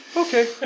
Okay